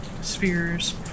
spheres